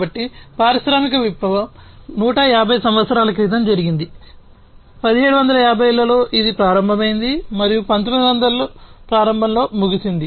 కాబట్టి పారిశ్రామిక విప్లవం 150 సంవత్సరాల క్రితం జరిగింది 1750 లలో ఇది ప్రారంభమైంది మరియు 1900 ప్రారంభంలో ముగిసింది